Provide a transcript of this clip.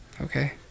Okay